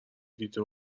دیده